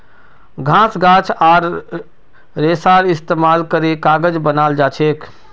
घास गाछ आर रेशार इस्तेमाल करे कागज बनाल जाछेक